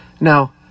Now